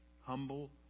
Humble